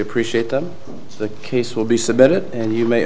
appreciate them the case will be submitted and you may